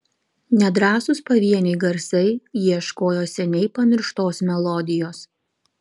nedrąsūs pavieniai garsai ieškojo seniai pamirštos melodijos